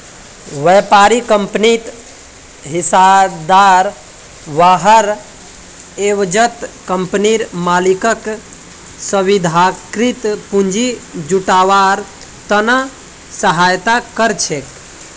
व्यापारी कंपनित हिस्सेदार हबार एवजत कंपनीर मालिकक स्वाधिकृत पूंजी जुटव्वार त न सहायता कर छेक